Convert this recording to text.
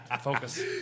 focus